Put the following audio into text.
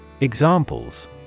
Examples